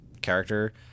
character